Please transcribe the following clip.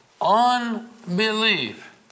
unbelief